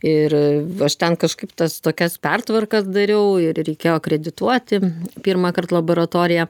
ir aš ten kažkaip tas tokias pertvarkas dariau ir reikėjo akredituoti pirmąkart laboratoriją